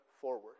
forward